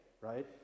right